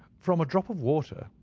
from a drop of water,